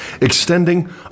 extending